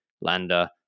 Lander